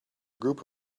group